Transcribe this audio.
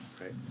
Right